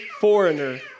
foreigner